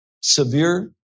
severe